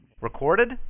Recorded